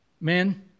Men